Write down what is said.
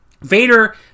Vader